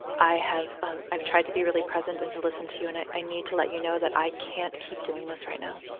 i have, um, i've tried to be really present and to listen to you and i i need to let you know that i can't keep doing this right now,